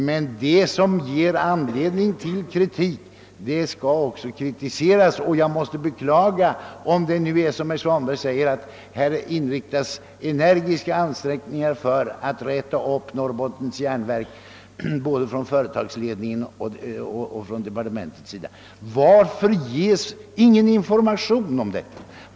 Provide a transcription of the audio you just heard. Men det som ger anledning till kritik skall också kritiseras. Om det är som herr Svanberg säger att energiska ansträngningar görs för att rycka upp Norrbottens järnverk AB både av företagsledningen och departementet, måste jag beklaga att ingen information härom har lämnats.